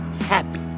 happy